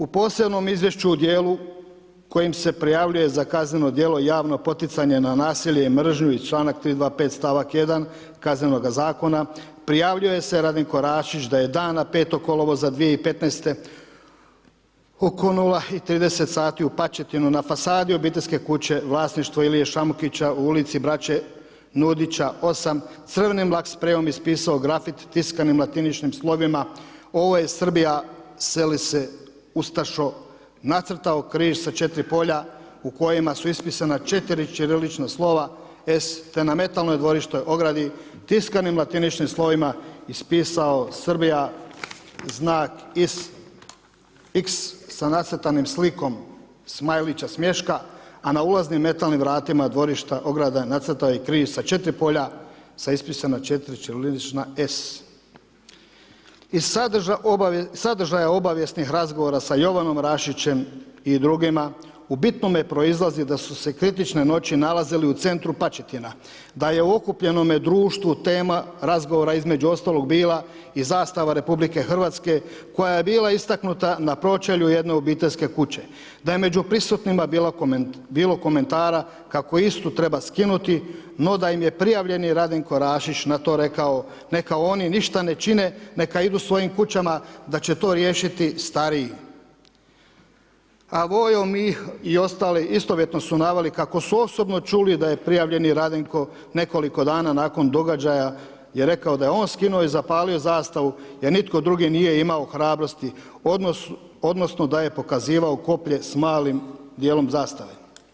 U posebnom izviješću u dijelu kojim se prijavljuje za kazneno djelo javno poticanje na nasilje i mržnju iz člana 325., stavak 1., Kaznenoga zakona prijavljuje se Radenko Rašić da je dana 5. kolovoza 2015. oko 00:30 sati u Pačetinu na fasadi obiteljske kuće vlasništvo Ilije Šamukića, u Ulici braće Nudića 8, crvenim lak sprejom ispisao grafit tiskanim latiničnim slovima Ovo je Srbija, seli se ustašo, nacrtao križ sa 4 polja u kojima su ispisana 4 ćirilična slova S, te na metalnoj dvorišnoj ogradi tiskanim latiničnim slovima ispisao Srbija, znak X sa nacrtanom slikom smajlića, smješka, a na ulaznim metalnim vratima dvorišta, ograde, nacrtao je križ sa 4 polja sa ispisana 4 ćirilična S. Iz sadržaja obavijesnih razgovora sa Jovanom Rašićem i drugima, u bitnome proizlazi da su se kritične noći nalazili u centru Pačetina, da je okupljenome društvu tema razgovora, između ostalog bila i zastava Republike Hrvatske koja je bila istaknuta na pročelju jedne obiteljske kuće, da je među prisutnima bilo komentara kako istu treba skinuti, no da im je prijavljeni Radenko Rašić na to rekao: „Neka oni ništa ne čine, neka idu svojim kućama, da će to riješiti stariji.“, a Vojo Mih i ostali, istovjetno su naveli kako su osobno čuli da je prijavljeni Radenko nekoliko dana nakon događaja, je rekao da je on skinuo i zapalio zastavu jer nitko drugi nije imao hrabrosti, odnosno da je pokazivao koplje s malim dijelom zastave.